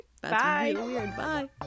bye